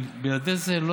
בלעדי זה,